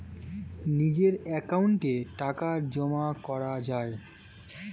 নিজের অ্যাকাউন্টে টাকা জমা করা যায়